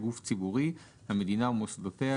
"גוף ציבורי" - המדינה ומוסדותיה,